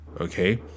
okay